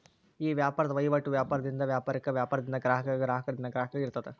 ಈ ವ್ಯಾಪಾರದ್ ವಹಿವಾಟು ವ್ಯಾಪಾರದಿಂದ ವ್ಯಾಪಾರಕ್ಕ, ವ್ಯಾಪಾರದಿಂದ ಗ್ರಾಹಕಗ, ಗ್ರಾಹಕರಿಂದ ಗ್ರಾಹಕಗ ಇರ್ತದ